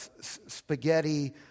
spaghetti